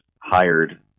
hired